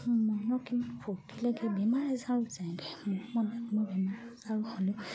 মনৰ কিমান ফূৰ্তি লাগে বেমাৰ আজাৰো যায়গে মনত বেমাৰ আজাৰ হ'লেও